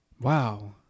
wow